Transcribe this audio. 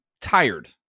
tired